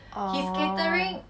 orh